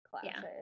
classes